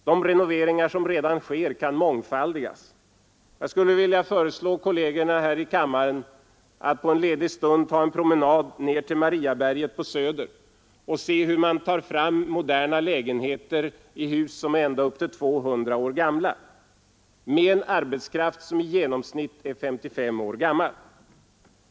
De renoveringar som redan sker kan mångfaldigas. Jag skulle vilja föreslå kollegerna här i kammaren att på en ledig stund ta en promenad ner till Mariaberget på Söder och se hur man tar fram moderna lägenheter i hus som är ända upp till 200 år gamla — med en arbetskraft som i genomsnitt är 55 år gammal.